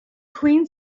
queen